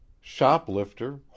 Shoplifter